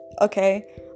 okay